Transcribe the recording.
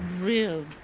real